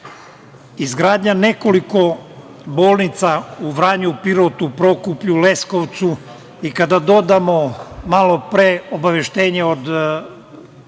Izgradnja nekoliko bolnica u Vranju, Pirotu, Prokuplju, Leskovcu i kada dodamo malopre obaveštenje od